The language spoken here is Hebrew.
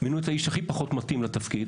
מינו את האיש הכי פחות מתאים לתפקיד,